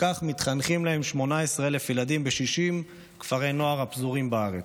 וכך מתחנכים להם 18,000 ילדים ב-60 כפרי נוער הפזורים בארץ,